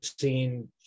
seen